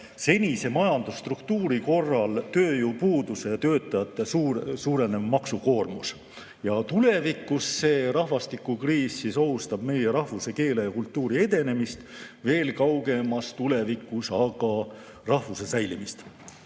senise majandusstruktuuri korral [valitseb] tööjõupuudus ja töötajate suurenev maksukoormus. Tulevikus see rahvastikukriis ohustab meie rahvuse, keele ja kultuuri edenemist, veel kaugemas tulevikus aga rahvuse säilimist.